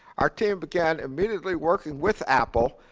our team began immediately working with apple.